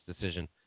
decision